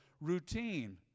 routine